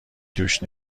توش